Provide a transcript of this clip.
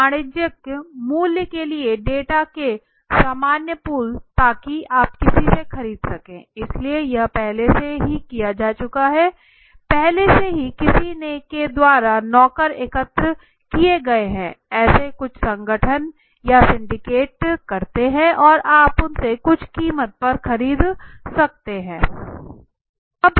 एक वाणिज्यिक मूल्य के लिए डेटा के सामान्य पूल ताकि आप किसी से खरीद सकें इसलिए यह पहले से ही किया जा चुका है इसलिए पहले से ही किसी के द्वारा नौकर एकत्र किये हैं ऐसा कुछ संगठन या सिंडिकेट करते है और आप उनसे कुछ कीमत पर खरीद सकते हैं